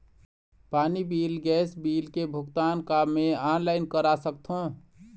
पानी bill gas bill के भुगतान का मैं ऑनलाइन करा सकथों?